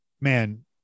man